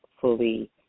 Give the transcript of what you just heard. fully